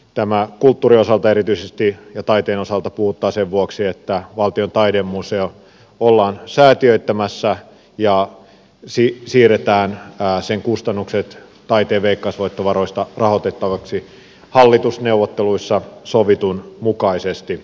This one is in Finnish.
tämä kulttuurin osalta erityisesti ja taiteen osalta puhuttaa sen vuoksi että valtion taidemuseo ollaan säätiöittämässä ja ysi siirretään taasen kustannukset taiteen veikkausvoittovaroista rahoitettavaksi hallitusneuvotteluissa sovitun mukaisesti